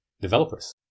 developers